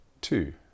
two